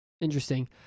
interesting